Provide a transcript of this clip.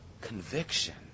conviction